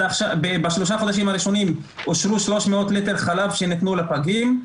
בשלושת החודשים הראשונים אושרו 300 ליטר חלב שניתנו לפגים.